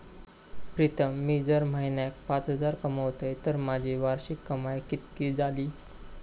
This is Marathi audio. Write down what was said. प्रीतम मी जर म्हयन्याक पाच हजार कमयतय तर माझी वार्षिक कमाय कितकी जाली?